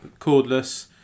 cordless